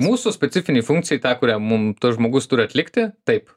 mūsų specifinei funkcijai tą kurią mum tas žmogus turi atlikti taip